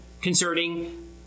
concerning